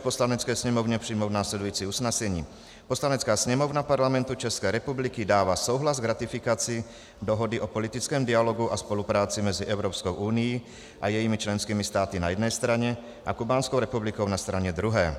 Poslanecké sněmovně přijmout následující usnesení: Poslanecká sněmovna Parlamentu České republiky dává souhlas k ratifikaci Dohody o politickém dialogu a spolupráci mezi Evropskou unií a jejími členskými státy na jedné straně a Kubánskou republikou na straně druhé.